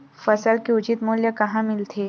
फसल के उचित मूल्य कहां मिलथे?